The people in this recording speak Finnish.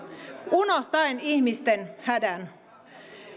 unohtaen ihmisten hädän